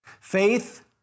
Faith